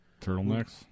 turtlenecks